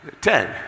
Ten